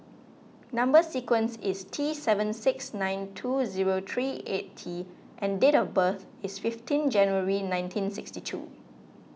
Number Sequence is T seven six nine two zero three eight T and date of birth is fifteen January nineteen sixty two